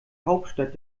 hauptstadt